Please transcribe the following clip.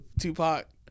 Tupac